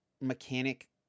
mechanic